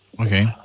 Okay